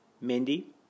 Mindy